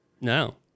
no